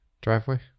driveway